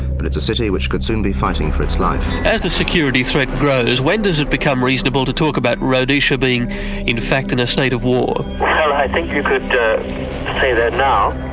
but it's a city which could soon be fighting for its life. as the security threat grows, when does it become reasonable to talk about rhodesia being in fact in a state of war? well i think you could say that now.